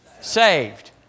saved